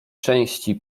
części